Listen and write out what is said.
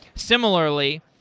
similarly,